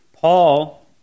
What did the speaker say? Paul